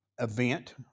event